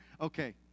Okay